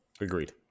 Agreed